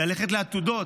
ללכת לעתודות.